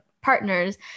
partners